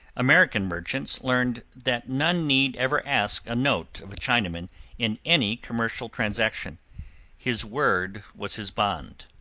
american merchants learned that none need ever ask a note of a chinaman in any commercial transaction his word was his bond.